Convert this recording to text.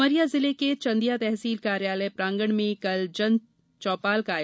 उमरिया जिले के चंदिया तहसील कार्यालय प्रांगण में कल जन चौपाल का आयोजन किया गया